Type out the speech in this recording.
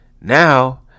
Now